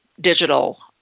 digital